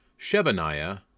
Shebaniah